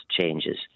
changes